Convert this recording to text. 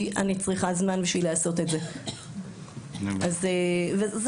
כי אני צריכה זמן בשביל לעשות את זה, זה מורכב.